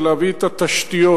זה להביא את התשתיות.